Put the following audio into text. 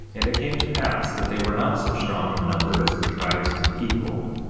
and it came to pass that they were not so strong in number as the tribes of the people,